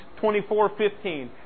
24.15